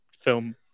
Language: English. film